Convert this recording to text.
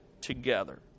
together